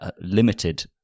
limited